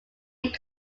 sikh